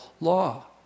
law